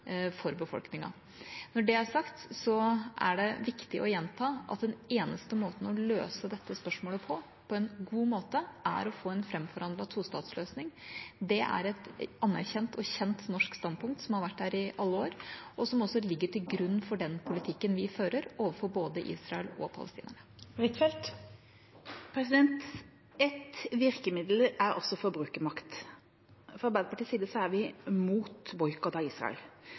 for befolkningen. Når det er sagt, er det viktig å gjenta at den eneste måten å løse dette spørsmålet på er å få en framforhandlet tostatsløsning. Det er et anerkjent og kjent norsk standpunkt, som har vært der i alle år, og som også ligger til grunn for den politikken vi fører overfor både Israel og Palestina. Ett virkemiddel er også forbrukermakt. Fra Arbeiderpartiets side er vi mot boikott av Israel,